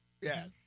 Yes